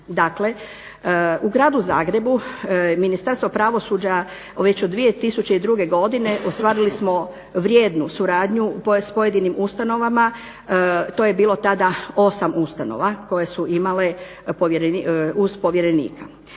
Dakle, u Gradu Zagrebu je Ministarstvo pravosuđa već od 2002. godine ostvarili smo vrijednu suradnju s pojedinim ustanovama, to je bilo tada 8 ustanova koje su imale uz povjerenika.